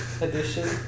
edition